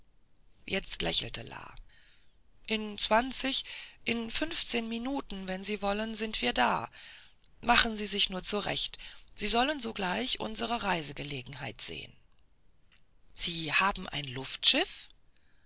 jetzt lächelte la in zwanzig in fünfzehn minuten wenn sie wollen sind wir da machen sie sich nur zurecht sie sollen sogleich unsre reisegelegenheit sehen sie haben ein